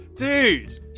Dude